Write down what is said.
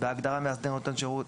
בהגדרה "מאסדר נותן השירות".